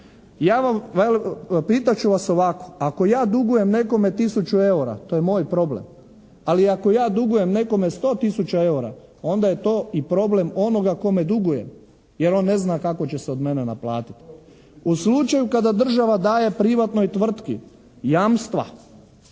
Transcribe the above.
"Lencu"? Pita ću vas ovako. Ako ja dugujem nekome tisuću eura, to je moj problem. Ali ako ja dugujem nekome sto tisuća eura onda je to i problem onoga kome dugujem. Jer on ne zna kako će se od mene naplatiti. U slučaju kada države daje privatnoj tvrtki jamstva,